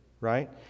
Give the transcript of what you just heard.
right